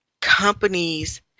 companies